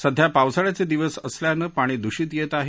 सध्या पावसाळ्याचे दिवस असल्याने पाणी दूषित येत आहे